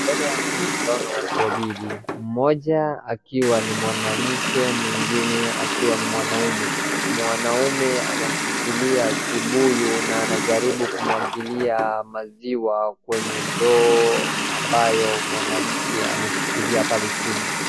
Mbele yangu naeza ona watu wawili, mmoja akiwa ni mwanamke mwingine akiwa na mwanaume, mwanaume anashikilia kibuyu na anajaribu kumwagilia maziwa kwenye ndoo ambayo mwanamke ameshikilia pale chini.